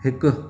हिकु